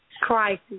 Crisis